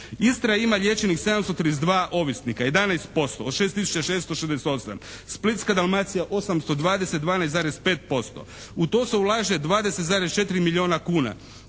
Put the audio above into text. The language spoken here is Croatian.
Istra ima liječenih 732 ovisnika, 11% od 6.668. Splitsko-dalmatinska 820, 12,5%. U to se ulaže 20,4 milijuna kuna.